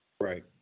Right